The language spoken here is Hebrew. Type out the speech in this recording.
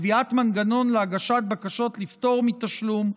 קביעת מנגנון להגשת בקשות לפטור מתשלום,